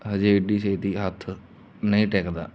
ਹਜੇ ਏਡੀ ਛੇਤੀ ਹੱਥ ਨਹੀਂ ਟਿਕਦਾ